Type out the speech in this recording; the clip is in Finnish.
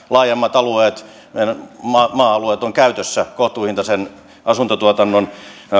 laajemmat maa alueet on käytössä kohtuuhintaisen asuntotuotannon